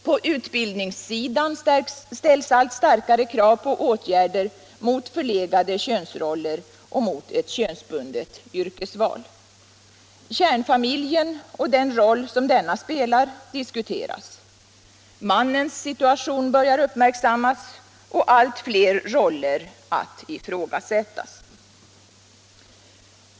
På utbildningssidan ställs allt starkare krav på åtgärder mot förlegade könsroller och mot ett könsbundet yrkesval. Kärnfamiljen och den roll den spelar diskutéras. Mannens situation börjar uppmärksammas och allt fler roller börjar ifrågasättas.